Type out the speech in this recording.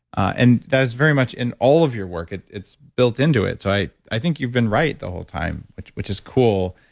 and that is very much in all of your work it's built into it. so i i think you've been right the whole time which which is cool,